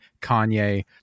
Kanye